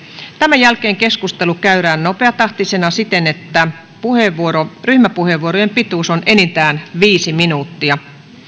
tämän jälkeen keskustelu käydään nopeatahtisena siten että ryhmäpuheenvuorojen pituus on enintään viisi minuuttia myöskin